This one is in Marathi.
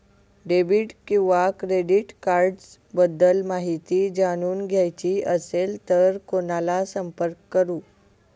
डेबिट किंवा क्रेडिट कार्ड्स बद्दल माहिती जाणून घ्यायची असेल तर कोणाला संपर्क करु?